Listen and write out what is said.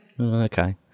Okay